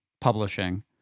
publishing